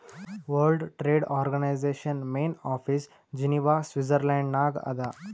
world Trade Organization main office Geneva Switzerland ನಾಗ್ ಅದಾ